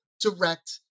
direct